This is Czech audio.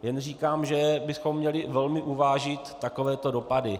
Jen říkám, že bychom měli velmi uvážit takovéto dopady.